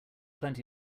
plenty